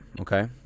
Okay